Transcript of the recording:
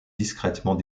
discrètement